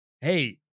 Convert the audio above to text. Hey